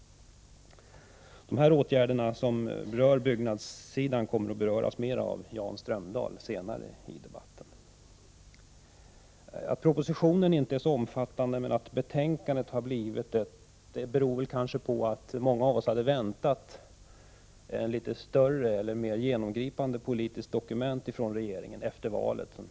De åtgärder som gäller byggnadssektorn kommer att beröras mer av Jan Strömdahl. Att propositionen inte är så omfattande medan betänkandet har blivit det beror kanske på att många av oss hade väntat ett mer genomgripande politiskt dokument från regeringen efter valet.